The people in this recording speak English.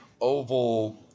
oval